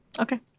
Okay